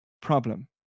problem